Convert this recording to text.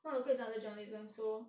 the smart local is under journalism so